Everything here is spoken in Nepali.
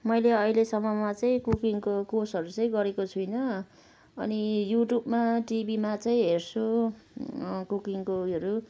मैले अहिलेसम्ममा चाहिँ कुकिङको कोर्सहरू चाहिँ गरेको छुइनँ अनि युट्युबमा टिभीमा चाहिँ हेर्छु कुकिङको उयोहरू